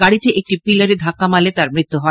গাড়িটি একটি পিলারে ধাক্কা মারলে তার মৃত্যু হয়